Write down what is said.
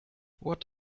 what